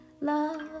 love